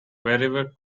wherever